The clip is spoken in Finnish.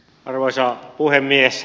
arvoisa puhemies